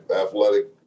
athletic